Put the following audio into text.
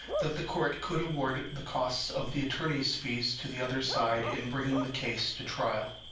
that the court could award the costs of the attorneys fees to the other side in bringing the case to trial.